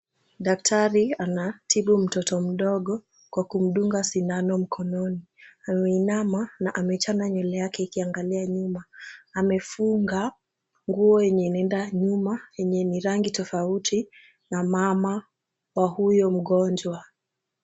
Daktari anatibu mtoto mdogo kwa kumdunga sindano mkononi. Ameinama na amechana nywele yake ikiangalia nyuma. Amefunga nguo yenye inaenda nyuma yenye ni rangi tofauti na mama wa huyo mgonjwa.